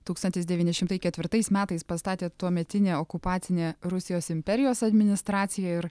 tūkstantis devyni šimtai ketvirtais metais pastatė tuometinė okupacinė rusijos imperijos administracija ir